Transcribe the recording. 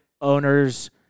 owners